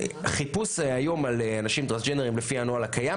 חיפוש היום על אנשים טרנסג'נדרים לפי הנוהל הקיים,